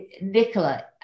Nicola